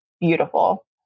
beautiful